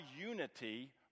unity